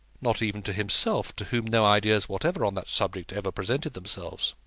not even to himself, to whom no ideas whatever on that subject ever presented themselves.